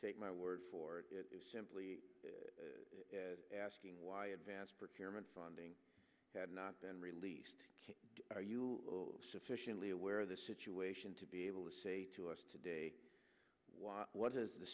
take my word for it is simply asking why advance for chairman funding had not been released are you sufficiently aware of the situation to be able to say to us today what is the